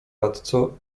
radco